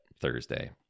Thursday